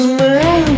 man